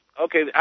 Okay